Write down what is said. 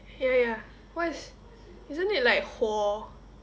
ya ya what's isn't it like 火